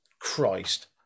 Christ